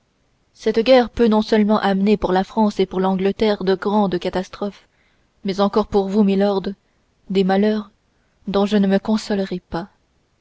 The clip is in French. cette guerre peut non seulement amener pour la france et pour l'angleterre de grandes catastrophes mais encore pour vous milord des malheurs dont je ne me consolerais pas